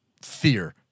fear